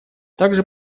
также